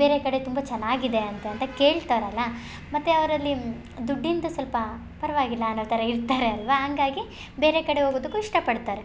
ಬೇರೆ ಕಡೆ ತುಂಬ ಚೆನ್ನಾಗಿದೆ ಅಂತೆ ಅಂತ ಕೇಳ್ತಾರಲ್ಲ ಮತ್ತು ಅವರಲ್ಲಿ ದುಡ್ಡಿಂದು ಸ್ವಲ್ಪ ಪರವಾಗಿಲ್ಲ ಅನ್ನೋಥರ ಇರ್ತಾರೆ ಅಲ್ಲವಾ ಹಾಗಾಗಿ ಬೇರೆ ಕಡೆ ಹೋಗೋದಕ್ಕು ಇಷ್ಟ ಪಡ್ತಾರೆ